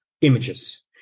images